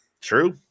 True